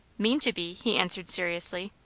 mean to be, he answered seriously.